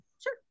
sure